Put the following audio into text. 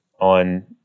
on